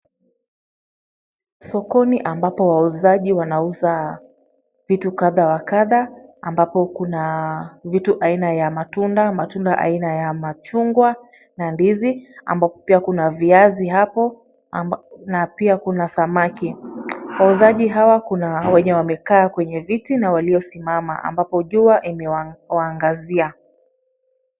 Soko ni ambapo wauzaji wanauza vitu kadhaa kadhaa ambapo kuna vitu aina ya matunda, matunda aina ya machungwa, na ndizi ambapo pia kuna viazi hapo, na pia kuna samaki. Wauzaji hawa kuna wenye wamekaa kwenye viti na waliosimama ambapo jua imewaangazia.